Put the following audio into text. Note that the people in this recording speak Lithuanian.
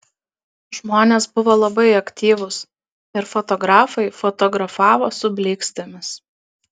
žmonės buvo labai aktyvūs ir fotografai fotografavo su blykstėmis